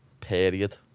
Period